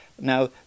Now